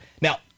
Now